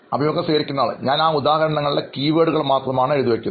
അഭിമുഖം സ്വീകരിക്കുന്നയാൾ ഞാൻ ആ ഉദാഹരണങ്ങളുടെ കീവേഡുകൾ മാത്രമാണ് എഴുതാറുള്ളത്